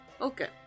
Okay